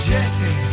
Jesse